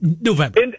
November